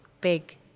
big